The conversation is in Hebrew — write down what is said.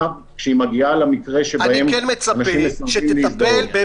כשהיא מגיעה למקרים שבהם אנשים מסרבים להזדהות -- אני